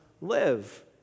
live